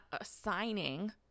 assigning